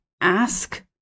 ask